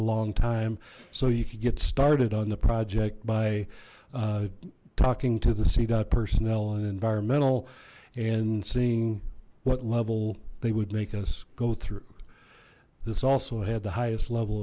a long time so you could get started on the project by talking to the c dot personnel and environmental and seeing what level they would make us go through this also had the highest level